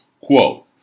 Quote